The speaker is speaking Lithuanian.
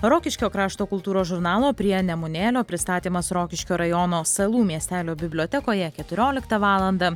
rokiškio krašto kultūros žurnalo prie nemunėlio pristatymas rokiškio rajono salų miestelio bibliotekoje keturioliktą valandą